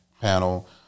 panel